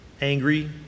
angry